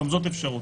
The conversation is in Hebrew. שגם זאת אפשרות.